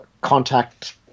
contact